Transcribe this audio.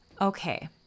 Okay